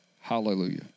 Hallelujah